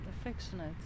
affectionate